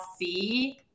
see